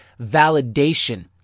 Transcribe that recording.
validation